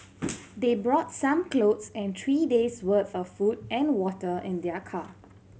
they brought some clothes and three days worth of food and water in their car